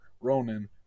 Ronan